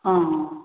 অঁ